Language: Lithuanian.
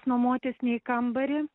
nuomotis ne į kambarį